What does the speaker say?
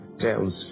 tells